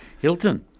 Hilton